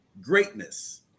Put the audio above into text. greatness